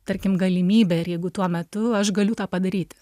tarkim galimybė ir jeigu tuo metu aš galiu tą padaryti